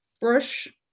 brush